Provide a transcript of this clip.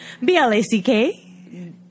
B-L-A-C-K